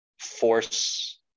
force